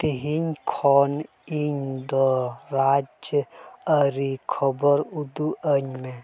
ᱛᱮᱦᱮᱧ ᱠᱷᱚᱱ ᱤᱧ ᱫᱚ ᱨᱟᱡᱽ ᱟᱹᱨᱤ ᱠᱷᱚᱵᱚᱨ ᱩᱫᱩᱜ ᱟᱹᱧ ᱢᱮ